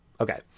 okay